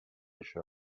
això